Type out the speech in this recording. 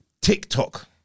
TikTok